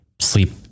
sleep